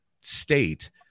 state